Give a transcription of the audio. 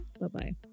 Bye-bye